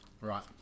Right